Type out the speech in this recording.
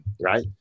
right